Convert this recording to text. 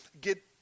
get